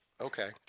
Okay